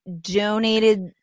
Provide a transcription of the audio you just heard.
donated